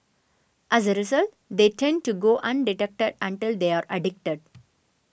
as a result they tend to go undetected until they are addicted